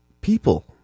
people